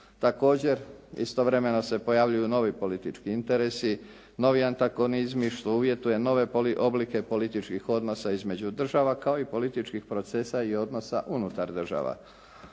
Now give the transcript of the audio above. Također, istovremeno se pojavljuju novi politički interesi, novi antagonizmi što uvjetuje nove oblike političkih odnosa između država kao i političkih procesa i odnosa unutar država.